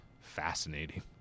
fascinating